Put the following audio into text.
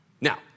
Now